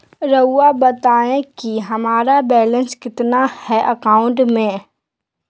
रहुआ बताएं कि हमारा बैलेंस कितना है अकाउंट में?